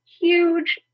huge